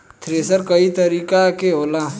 thresher कई तरीका के होला